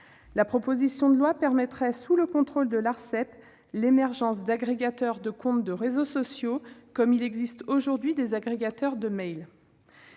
La proposition de loi rendrait possible, sous le contrôle de l'Arcep, l'émergence d'agrégateurs de comptes de réseaux sociaux, comme il existe aujourd'hui des agrégateurs de mails.